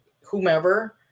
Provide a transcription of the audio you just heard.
whomever